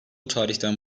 tarihten